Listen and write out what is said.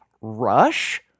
Rush